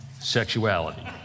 sexuality